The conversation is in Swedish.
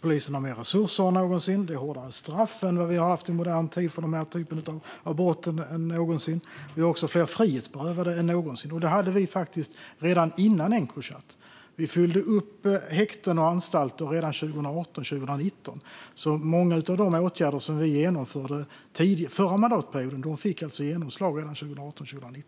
poliserna har mer resurser än någonsin och det utdöms hårdare straff än tidigare i modern tid för den typen av brott. Det finns också fler frihetsberövade än någonsin. Så var det faktiskt redan innan Encrochat. Häkten och anstalter fylldes redan 2018-2019. Många av de åtgärder som vi genomförde förra mandatperioden fick alltså genomslag redan 2018-2019.